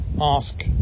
ask